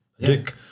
dick